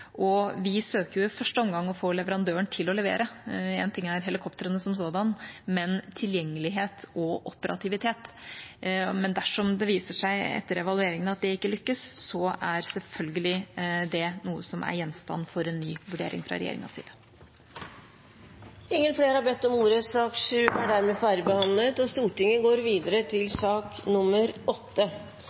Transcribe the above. og vi søker jo i første omgang å få leverandøren til å levere. Én ting er helikoptrene som sådan, en annen ting er tilgjengelighet og operativitet. Men dersom det viser seg etter evalueringen at det ikke lykkes, så er selvfølgelig det noe som er gjenstand for en ny vurdering fra regjeringas side. Flere har ikke bedt om ordet til sak